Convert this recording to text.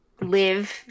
live